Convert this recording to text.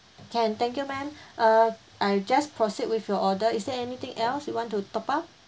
can thank you ma'am uh I just proceed with your order is there anything else you want to top up